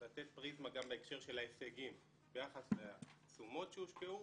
לתת פריזמה גם בהקשר של ההישגים ביחס לתשומות שהושקעו,